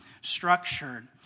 structured